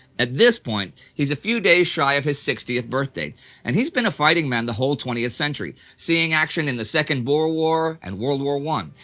at this point he's a few days shy of his sixtieth birthday and he's been a fighting man the whole twentieth century, seeing action in the second boer war and world war one.